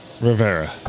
Rivera